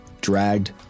dragged